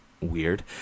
weird